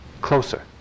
Closer